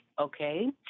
okay